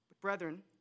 Brethren